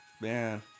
Man